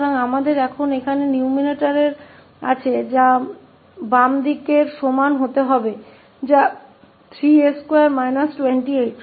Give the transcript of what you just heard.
तो अब हमारे पास यहाँ अंश है जो बायीं ओर के बराबर होना चाहिए जो कि 3s2 28 है